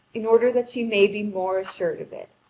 in order that she may be more assured of it.